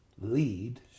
lead